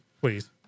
please